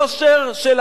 של ההגינות?